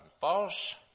false